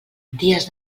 dies